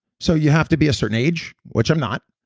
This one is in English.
so you have to be a certain age, which i'm not.